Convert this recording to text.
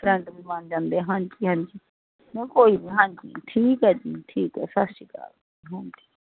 friend ਵੀ ਬਨ ਜਾਂਦੇ ਹਾਂਜੀ ਹਾਂਜੀ ਹੋਰ ਕੋਈ ਨਹੀਂ ਹਾਂਜੀ ਠੀਕ ਐ ਜੀ ਠੀਕ ਐ ਸਸਰੀ ਕਾਲ